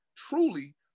truly